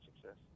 success